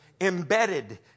embedded